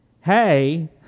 hey